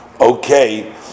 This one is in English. okay